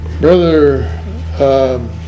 brother